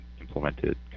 implemented